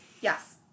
Yes